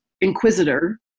inquisitor